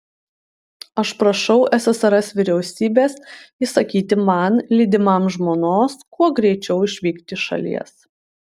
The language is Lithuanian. aš prašau ssrs vyriausybės įsakyti man lydimam žmonos kuo greičiau išvykti iš šalies